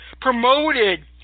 promoted